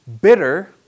bitter